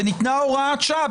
וניתנה הוראת שעה,